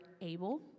able